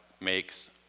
makes